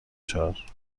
چهار